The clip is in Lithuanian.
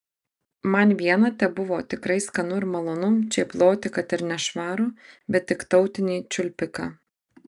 man viena tebuvo tikrai skanu ir malonu čėploti kad ir nešvarų bet tik tautinį čiulpiką